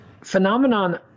phenomenon